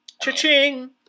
Cha-ching